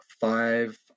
Five